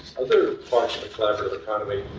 other parts of the collaborative economy,